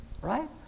right